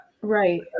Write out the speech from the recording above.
Right